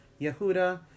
Yehuda